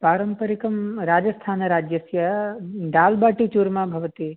पारम्परिकं राजस्थानराज्यस्य दाल्बाटि चूर्मा भवति